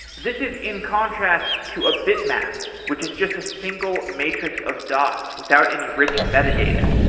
this is in contrast to a bit map which is just a single matrix of dots without any rich meta data.